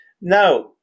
Now